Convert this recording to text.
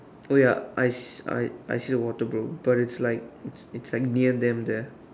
oh ya I see I I see the water bro but it's like it's like near them there